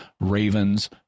ravens